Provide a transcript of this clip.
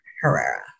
Herrera